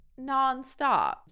nonstop